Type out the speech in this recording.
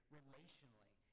relationally